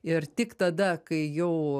ir tik tada kai jau